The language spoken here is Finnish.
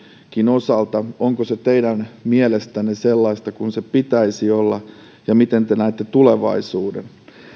osalta onko se teidän mielestänne sellaista kuin sen pitäisi olla ja miten te näette tulevaisuuden